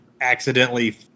accidentally